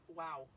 wow